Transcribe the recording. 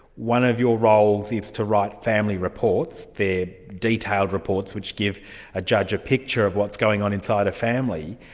one of your roles is to write family reports. they're detailed reports which give a judge a picture of what's going on inside a family.